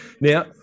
Now